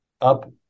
up